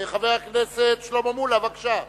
חבר הכנסת שלמה מולה, בבקשה.